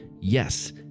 Yes